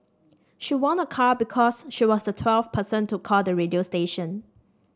she won a car because she was the twelfth person to call the radio station